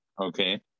Okay